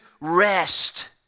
rest